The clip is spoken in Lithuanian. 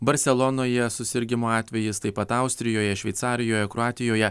barselonoje susirgimo atvejis taip pat austrijoje šveicarijoje kroatijoje